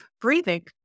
breathing